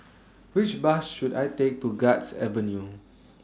Which Bus should I Take to Guards Avenue